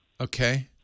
Okay